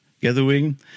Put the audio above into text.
gathering